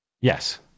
Yes